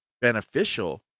beneficial